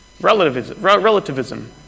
relativism